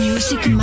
Music